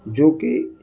جو کہ